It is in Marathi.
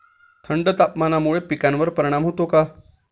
थंड तापमानामुळे पिकांवर परिणाम होतो का?